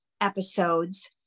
episodes